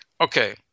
Okay